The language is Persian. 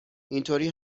اینطوری